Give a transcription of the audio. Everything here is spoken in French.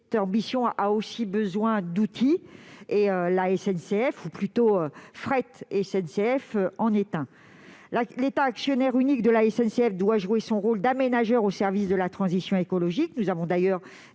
Cette ambition a aussi besoin d'outils, et Fret SNCF en est un. L'État, actionnaire unique de la SNCF, doit jouer son rôle d'aménageur au service de la transition écologique. Nous avons déposé une